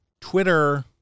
Twitter